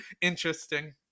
interesting